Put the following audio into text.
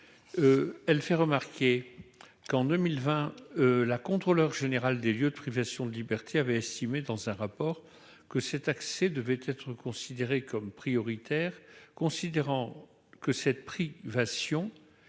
internet en prison. En 2020, la Contrôleure générale des lieux de privation de liberté avait estimé dans un rapport que cet accès devait être considéré comme « prioritaire », considérant cette privation